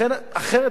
אחרת,